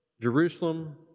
Jerusalem